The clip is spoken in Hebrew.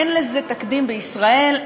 אין לזה תקדים בישראל,